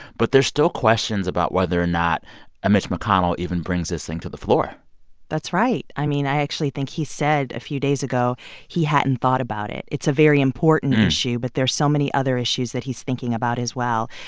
but there's still questions about whether or not a mitch mcconnell even brings this thing to the floor that's right. i mean, i actually think he said a few days ago he hadn't thought about it. it's a very important issue, but there's so many other issues that he's thinking about as well.